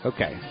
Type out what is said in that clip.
Okay